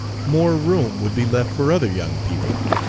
more room would be left for other young people.